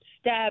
step